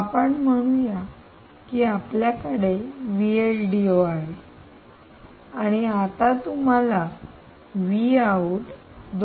आपण म्हणू तर आता आपल्याकडे आहे आणि आता तुम्हाला २